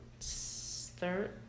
third